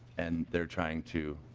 and they are trying to